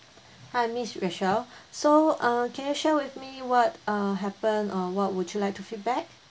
hi miss rochelle so uh can you share with me what uh happen or what would you like to feedback